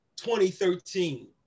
2013